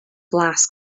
blas